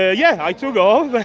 yeah, i took off. but